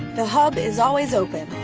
the hub is always open,